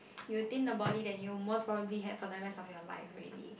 you retain the body that you most probably have for the rest of your life already